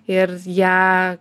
ir ją